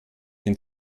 den